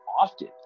often